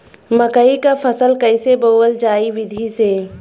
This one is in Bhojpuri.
मकई क फसल कईसे बोवल जाई विधि से?